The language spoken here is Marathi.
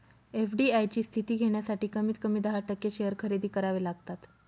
एफ.डी.आय ची स्थिती घेण्यासाठी कमीत कमी दहा टक्के शेअर खरेदी करावे लागतात